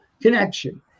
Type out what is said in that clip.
connection